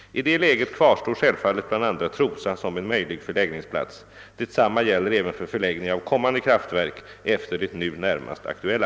I det läget kvarstår självfallet bl.a. Trosa som en möjlig förläggningsplats. Detsamma gäller även för förläggning av kommande kraftverk efter det nu närmast aktuella.